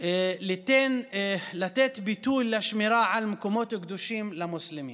ליתן ביטוי לשמירה על מקומות קדושים למוסלמים.